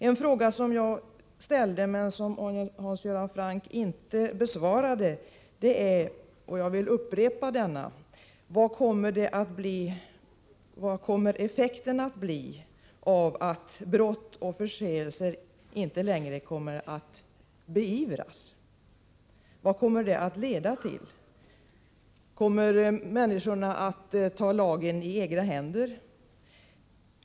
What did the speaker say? En fråga som jag ställde men som Hans Göran Franck inte besvarade, och som jag därför vill upprepa, är följande: Vad kommer effekten att bli av att brott och förseelser inte längre kommer att beivras? Vad kommer det att leda till? Kommer människorna att ta lagen i egna händer?